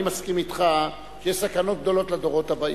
אני מסכים אתך שיש סכנות גדולות לדורות הבאים.